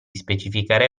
specificare